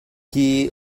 أريد